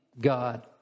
God